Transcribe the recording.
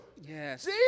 Yes